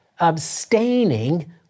abstaining